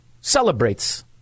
celebrates